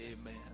Amen